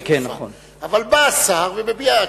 אבל בא השר ומביע,